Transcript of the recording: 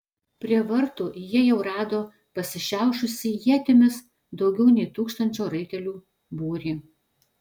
prie vartų jie jau rado pasišiaušusį ietimis daugiau nei tūkstančio raitelių būrį